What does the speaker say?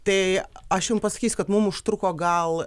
tai aš jum pasakysiu kad mum užtruko gal